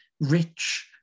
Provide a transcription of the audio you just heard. rich